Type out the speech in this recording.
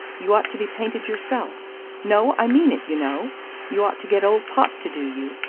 you ought to be painted yourself no, i mean it, you know you ought to get old popp to do you.